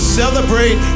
celebrate